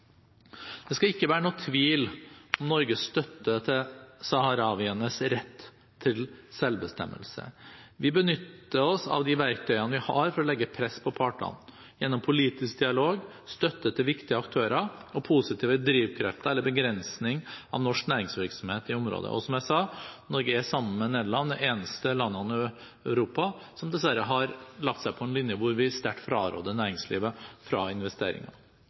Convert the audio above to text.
Det skal ikke være noen tvil om Norges støtte til saharawienes rett til selvbestemmelse. Vi benytter oss av de verktøyene vi har, for å legge press på partene, gjennom politisk dialog, støtte til viktige aktører og positive drivkrefter eller begrensning av norsk næringsvirksomhet i området. Og som jeg sa: Norge er sammen med Nederland dessverre det eneste landet i Europa som har lagt seg på en linje hvor vi sterkt fraråder næringslivet